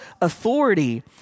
authority